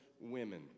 Women